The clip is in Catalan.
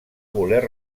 voler